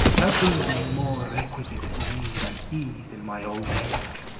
nothing being more requisite for me than ease in my old age,